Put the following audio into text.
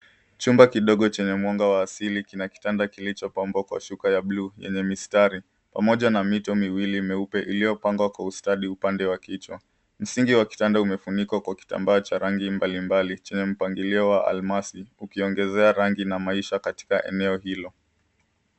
Chumba kidogo chenye mwanga wa asili kina kitanda kilicho pambwa kwa shuka ya bluu yenye mistari pamoja na mito miwili meupe iliyopangwa kwa ustadi upande wa kichwa. Msingi wa kitanda umefunikwa kwa kitambaa cha rangi mbalimbali chenye mpangilio wa almasi ukiongezea rangi na maisha katika eneo hilo.